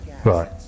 Right